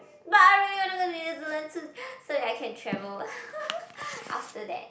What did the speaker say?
but I really want to go to New-Zealand to so that I can travel after that